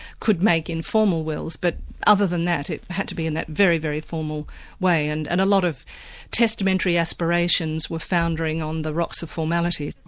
could make informal wills, but other than that, it had to be in that very, very formal way, and and a lot testamentary aspirations were foundering on the rocks of formality.